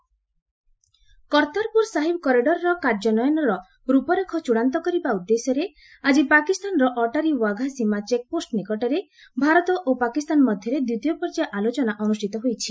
Kartarpur talks Kartarpur Sahib କରିଡରର କାର୍ଯ୍ୟାନ୍ୱୟନର ରୂପରେଖ ଚୃଡାନ୍ତ କରିବା ଉଦ୍ଦେଶ୍ୟରେ ଆଜି ପାକିସ୍ତାନର ଅଟ୍ଟାରୀ ୱାଘା ସୀମା ଚେକ୍ପୋଷ୍ଟ ନିକଟରେ ଭାରତ ଓ ପାକିସ୍ତାନୀ ମଧ୍ୟରେ ଦ୍ୱିତୀୟ ପର୍ଯ୍ୟାୟ ଆଲୋଚନା ଅନୁଷ୍ଠିତ ହୋଇଛି